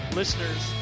listeners